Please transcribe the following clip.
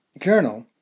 Journal